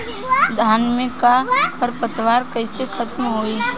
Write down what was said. धान में क खर पतवार कईसे खत्म होई?